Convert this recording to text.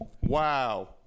wow